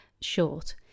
short